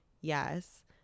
yes